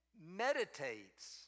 meditates